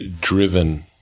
driven